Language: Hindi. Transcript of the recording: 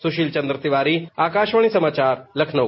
सुशील चंद्र तिवारी आकाशवाणी समाचार लखनऊ